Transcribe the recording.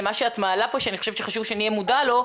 למה שאת מעלה פה ואני חושבת שחשוב שנהיה מודעים לו,